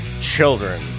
children